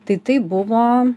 tai tai buvo